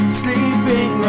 sleeping